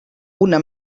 una